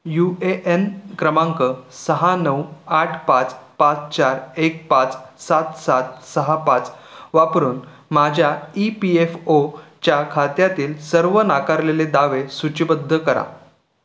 you A N क्रमांक सहा नऊ आठ पाच पाच चार एक पाच सात सात सहा पाच वापरून माझ्या ई पी एफ ओच्या खात्यातील सर्व नाकारलेले दावे सूचीबद्ध करा